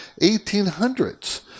1800s